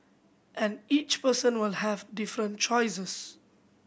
and each person will have different choices